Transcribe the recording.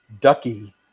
ducky